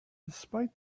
despite